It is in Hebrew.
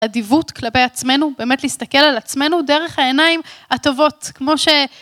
אדיבות כלפי עצמנו, באמת להסתכל על עצמנו דרך העיניים הטובות, כמו ש...